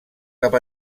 cap